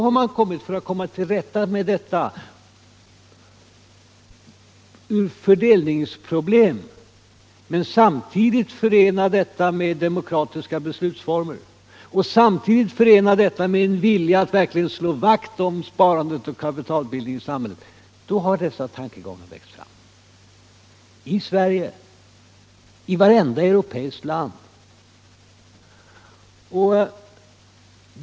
När man då velat komma till rätta med detta fördelningsproblem och samtidigt förena det med demokratiska beslutsformer och med en vilja att verkligen slå vakt om sparandet och kapitalbildningen i samhället, har dessa tankegångar väckts. Det har skett i Sverige och i vartenda europeiskt land.